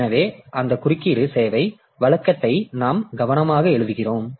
எனவே அந்த குறுக்கீடு சேவை வழக்கத்தை நாம் கவனமாக எழுதுகிறோம்